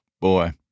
Boy